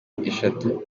eshatu